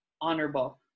honorable